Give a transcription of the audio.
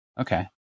Okay